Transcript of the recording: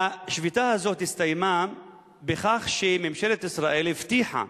השביתה הזאת הסתיימה בכך שממשלת ישראל הבטיחה